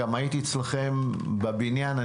גם הייתי אצלכם בבניין.